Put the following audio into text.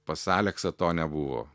pas aleksą to nebuvo